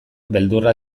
beldurra